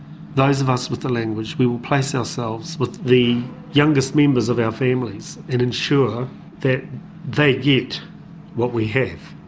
those of us with the language, we will place ourselves with the youngest members of our families and ensure that they get what we have.